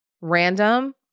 random